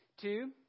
Two